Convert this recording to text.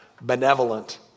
benevolent